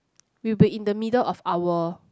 it will be in the middle of our